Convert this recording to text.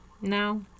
now